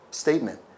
statement